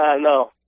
no